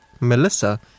Melissa